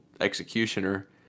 executioner